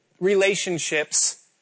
relationships